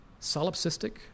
solipsistic